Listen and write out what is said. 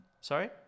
Sorry